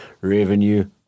revenue